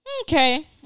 Okay